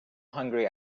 hungry